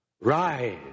Rise